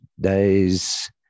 days